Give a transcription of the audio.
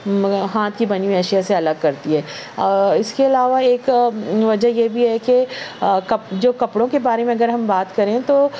ہاتھ کی بنی ہوئی اشیاء سے الگ کرتی ہے اس کے علاوہ ایک وجہ یہ بھی ہے کہ جو کپڑوں کے بارے میں اگر ہم بات کریں تو